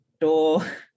door